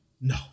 No